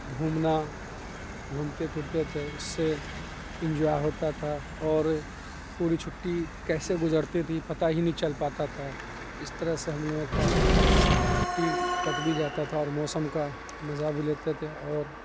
گھومنا گھومتے پھرتے تھے اس سے انجوائے ہوتا تھا اور پوری چھٹی کیسے گزرتی تھی پتہ ہی نہیں چل پاتا تھا اس طرح سے ہم لوگوں کا چھٹی کٹ بھی جاتا تھا اور موسم کا مزہ بھی لیتے تھے اور